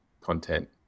content